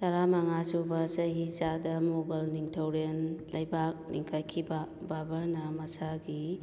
ꯇꯔꯥꯃꯉꯥ ꯁꯨꯕ ꯆꯍꯤꯆꯥꯗ ꯃꯨꯒꯜ ꯅꯤꯡꯊꯧꯔꯦꯟ ꯂꯩꯕꯥꯛ ꯂꯤꯡꯈꯠꯈꯤꯕ ꯕꯥꯕꯔꯅ ꯃꯁꯥꯒꯤ